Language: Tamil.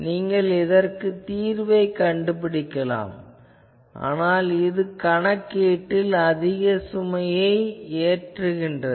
நீங்கள் இதற்கு தீர்வு கண்டுபிடிக்கலாம் ஆனால் இது கணக்கீட்டில் அதிக சுமையை ஏற்றுகிறது